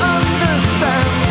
understand